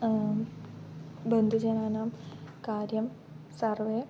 बन्धुजनानां कार्यं सर्वे